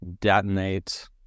detonate